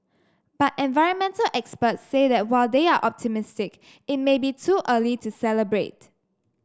but environmental experts say that while they are optimistic it may be too early to celebrate